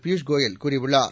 பியூஷ் கோயல் கூறியுள்ளார்